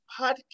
Podcast